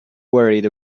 worried